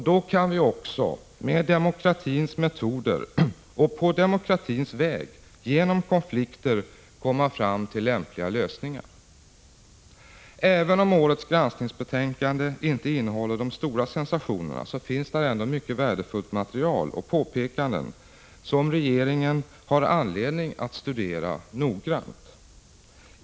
Då kan vi också med demokratins metoder och på demokratisk väg genom konflikter komma fram till lämpliga lösningar. Även om årets granskningsbetänkande inte innehåller de stora sensationerna finns där ändå mycket värdefullt material och påpekanden som regeringen har anledning att studera noggrant.